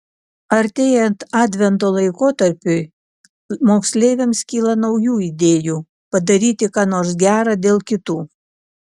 artėjant advento laikotarpiui moksleiviams kyla naujų idėjų padaryti ką nors gera dėl kitų